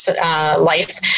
life